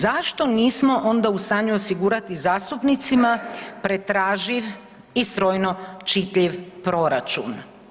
Zašto nismo onda u stanju osigurati zastupnicima pretraživ i strojno čitljiv proračun?